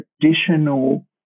traditional